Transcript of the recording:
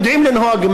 הם יודעים לנהוג,